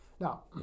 Now